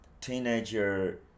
teenager